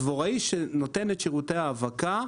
הדבוראי שנותן את שירותי האבקה,